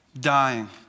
Dying